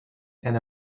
and